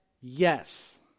yes